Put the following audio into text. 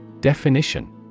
Definition